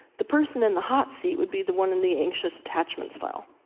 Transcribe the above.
the person in the hot seat, would be the one in the anxious attachment style.